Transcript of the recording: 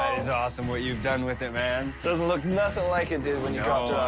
is awesome what you've done with it, man. doesn't look nothing like it did when you dropped